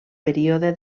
període